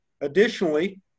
Additionally